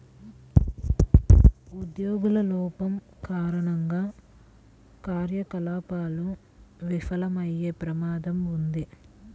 ఉద్యోగుల లోపం కారణంగా కార్యకలాపాలు విఫలమయ్యే ప్రమాదం ఉంది